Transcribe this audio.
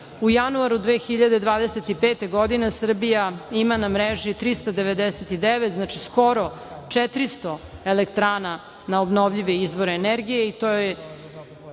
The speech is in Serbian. U januaru 2025. godine Srbija ima na mreži 399, znači skoro 400 elektrana na obnovljive izvore energije